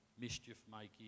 mischief-making